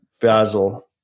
basil